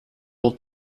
will